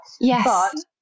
Yes